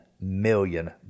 million